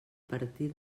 partir